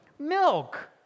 Milk